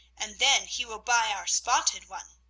and then he will buy our spotted one.